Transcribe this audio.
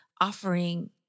offering